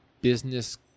business